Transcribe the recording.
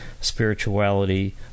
spirituality